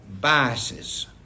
biases